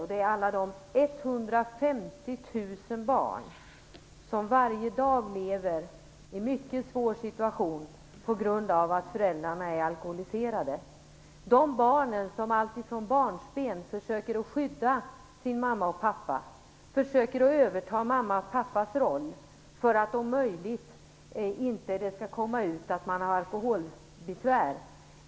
Det handlar då om de 150 000 barn som varje dag lever i en mycket svår situation på grund av att föräldrarna är alkoholiserade. Det handlar om barn som från barnsben försöker skydda sin mamma och pappa, som försöker överta mammans och pappans roll, för att om möjligt undvika att det kommer ut att föräldrarna har alkoholbesvär.